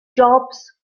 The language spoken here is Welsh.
jobs